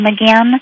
again